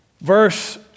verse